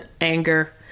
anger